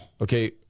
okay